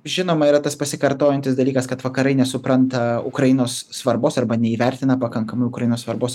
žinoma yra tas pasikartojantis dalykas kad vakarai nesupranta ukrainos svarbos arba neįvertina pakankamai ukrainos svarbos